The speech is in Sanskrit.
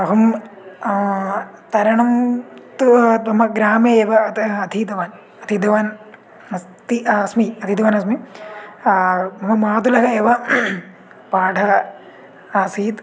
अहं तरणं तु तं ग्रामे एव अतः अधीतवान् अधीतवान् अस्ति अस्मि अधीतवानस्मि मम मातुलः एव पाठ आसीत्